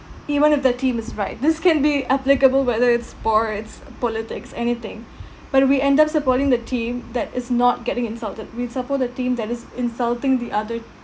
even if the team is right this can be applicable whether it's sports politics anything but we end up supporting the team that is not getting insulted we'll support the team that is insulting the other